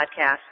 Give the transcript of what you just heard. podcast